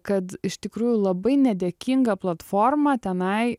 kad iš tikrųjų labai nedėkinga platforma tenai